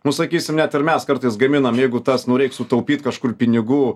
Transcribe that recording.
nu sakysim net ir mes kartais gaminam jeigu tas nu reiks sutaupyt kažkur pinigų